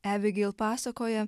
ebigeil pasakoja